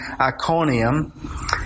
Iconium